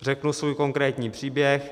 Řeknu svůj konkrétní příběh.